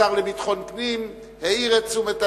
השר לביטחון פנים העיר את תשומת הלב,